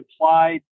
applied